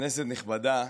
כנסת נכבדה,